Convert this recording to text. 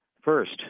First